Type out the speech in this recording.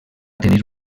tenir